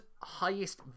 highest